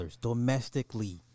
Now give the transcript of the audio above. Domestically